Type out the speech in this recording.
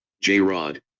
J-Rod